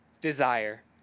Desire